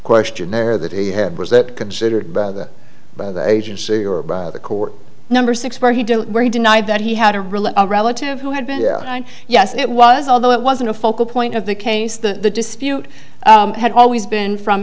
questionnaire that he had was that considered by the by the agency your brother court number six where he did where he denied that he had a really a relative who had been there and yes it was although it wasn't a focal point of the case the dispute had always been from